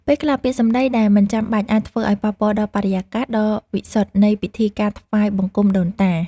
ពេលខ្លះពាក្យសម្ដីដែលមិនចាំបាច់អាចធ្វើឱ្យប៉ះពាល់ដល់បរិយាកាសដ៏វិសុទ្ធនៃពិធីការថ្វាយបង្គំដូនតា។